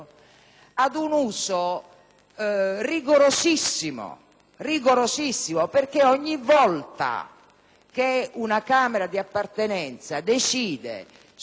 responsabilità. Perché ogni volta che una Camera di appartenenza decide sulla non concessione